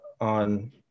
on